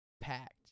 packed